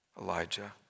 Elijah